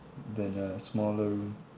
than a smaller room